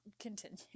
Continue